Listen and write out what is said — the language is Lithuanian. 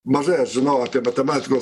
mažai aš žinau apie matematikos